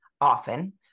often